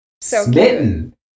Smitten